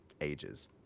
ages